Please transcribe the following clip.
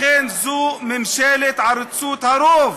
לכן, זו ממשלת עריצות הרוב.